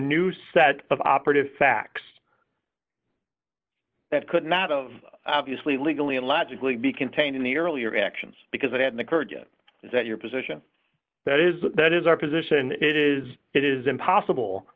new set of operative facts that could not of obviously legally and logically be contained in the earlier actions because it hadn't occurred yet that your position that is that is our position it is it is impossible